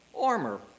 armor